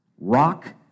Rock